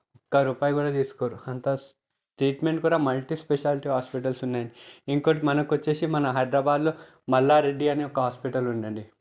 ఒక రూపాయి కూడా తీసుకోరు అంతా ట్రీట్మెంట్ కూడా మల్టీ స్పెషాలిటీ హాస్పిటల్స్ ఉన్నాయి ఇంకొకటి మనకు వచ్చి మన హైదరాబాద్లో మల్లారెడ్డి అని ఒక హాస్పిటల్ ఉందండి